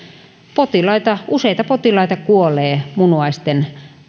useita potilaita kuolee munuaisten